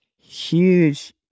Huge